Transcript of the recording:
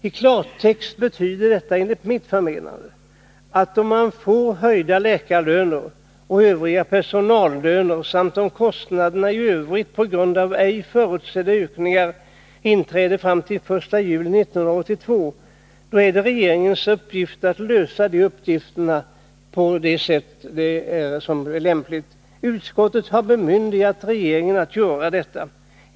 I klartext betyder detta enligt mitt förmenande, att om läkarlöner och övriga personallöner höjs samt om ej förutsedda kostnadsökningar inträffar fram till den 1 juli 1982, är det regeringens sak att lösa de uppgifterna på det sätt som är lämpligt. Utskottet har bemyndigat regeringen att göra detta.